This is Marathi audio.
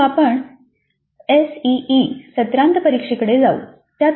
तर मग आपण एसईई सत्रांत परीक्षेकडे जाऊ